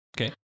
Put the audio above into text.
Okay